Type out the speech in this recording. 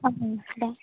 औ दे